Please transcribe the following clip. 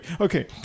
okay